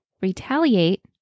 retaliate